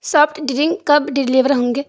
soft drink کب deliver ہوں گے